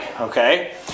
okay